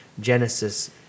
Genesis